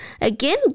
again